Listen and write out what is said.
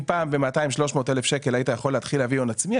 אם פעם ב-200,000-300,000 שקלים היית יכול להתחיל להביא הון עצמי,